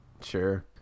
Sure